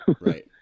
Right